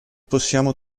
possiamo